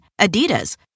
Adidas